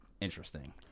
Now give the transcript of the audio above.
Interesting